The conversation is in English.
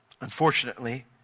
Unfortunately